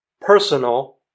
personal